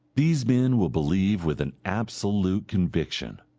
these men will believe with an absolute conviction,